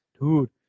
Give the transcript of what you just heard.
Dude